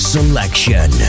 Selection